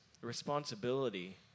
responsibility